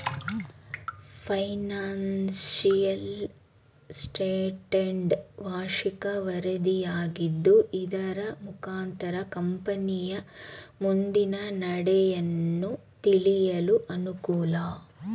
financial statement ವಾರ್ಷಿಕ ವರದಿಯಾಗಿದ್ದು ಇದರ ಮುಖಾಂತರ ಕಂಪನಿಯ ಮುಂದಿನ ನಡೆಯನ್ನು ತಿಳಿಯಲು ಅನುಕೂಲ